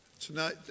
Tonight